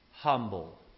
Humble